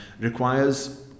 Requires